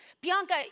Bianca